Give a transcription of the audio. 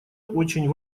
очень